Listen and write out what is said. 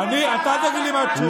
אתה אל תגיד מה התשובה.